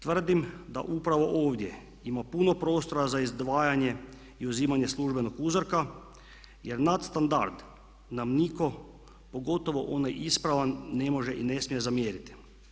Tvrdim da upravo ovdje ima puno prostora za izdvajanje i uzimanje službenog uzorka jer nad standard nam nitko pogotovo onaj ispravan ne može i ne smije zamjeriti.